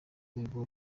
rwego